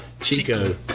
Chico